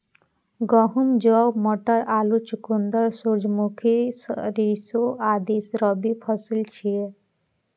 गहूम, जौ, मटर, आलू, चुकंदर, सूरजमुखी, सरिसों आदि रबी फसिल छियै